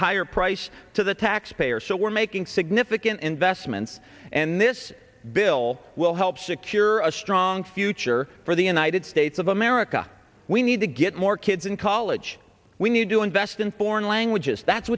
higher price to the taxpayers so we're making significant investments and this bill will help secure a strong future for the united states of america we need to get more kids in college we need to invest in foreign languages that's